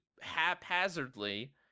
haphazardly